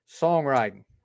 songwriting